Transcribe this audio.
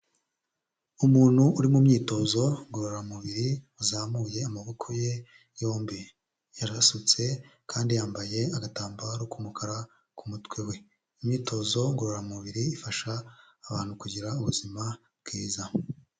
Umuntu uri mu myitozo ngororamubiri uzamuye amaboko ye yombi, yarasutse kandi yambaye agatambaro k'umukara ku mutwe we, imyitozo ngororamubiri ifasha abantu kugira ubuzima bwiza.